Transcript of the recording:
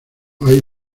hay